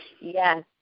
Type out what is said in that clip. Yes